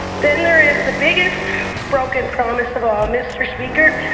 then there is the biggest broken promise of all, mr. speaker,